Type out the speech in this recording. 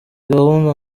gahunda